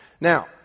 Now